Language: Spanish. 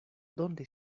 donde